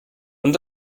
und